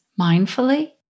mindfully